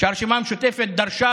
שהרשימה המשותפת דרשה,